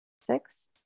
six